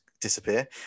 disappear